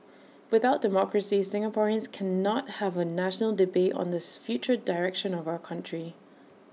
without democracy Singaporeans cannot have A national debate on this future direction of our country